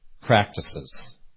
practices